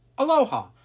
Aloha